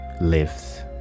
lives